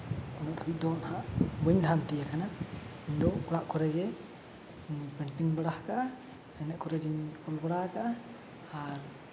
ᱩᱱᱟᱹᱜ ᱫᱷᱟᱹᱵᱤᱡ ᱫᱚ ᱱᱟᱦᱟᱸᱜ ᱵᱟᱹᱧ ᱞᱟᱦᱟᱱᱛᱤ ᱟᱠᱟᱱᱟ ᱤᱧ ᱫᱚ ᱚᱲᱟᱜ ᱠᱚᱨᱮ ᱜᱮ ᱯᱮᱱᱴᱤᱝ ᱵᱟᱲᱟ ᱟᱠᱟᱜᱼᱟ ᱤᱱᱟᱹ ᱠᱚᱨᱮ ᱜᱮᱧ ᱚᱞ ᱵᱟᱲᱟ ᱟᱠᱟᱜᱼᱟ ᱟᱨ